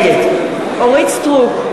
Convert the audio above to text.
נגד אורית סטרוק,